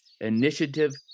initiative